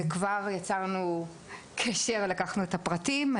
וכבר יצרנו קשר, לקחנו את הפרטים.